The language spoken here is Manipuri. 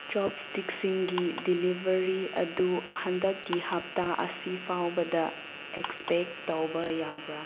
ꯆꯣꯞꯁꯇꯤꯛꯁꯤꯡꯒꯤ ꯗꯤꯂꯤꯕꯔꯤ ꯑꯗꯨ ꯍꯟꯗꯛꯀꯤ ꯍꯞꯇꯥ ꯑꯁꯤꯐꯥꯎꯕꯗ ꯑꯦꯁꯄꯦꯛ ꯇꯧꯕ ꯌꯥꯕ꯭ꯔ